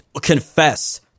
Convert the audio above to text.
confess